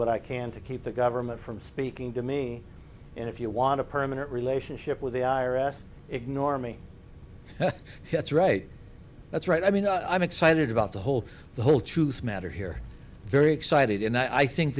what i can to keep the government from speaking to me and if you want a permanent relationship with the i r s ignore me that's right that's right i mean i'm excited about the whole the whole truth matter here very excited and i think